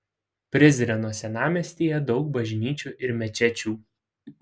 prizreno senamiestyje daug bažnyčių ir mečečių